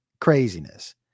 craziness